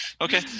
okay